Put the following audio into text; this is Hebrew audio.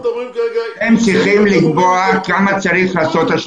הם צריכים לקבוע כמה השלמות צריך לעשות.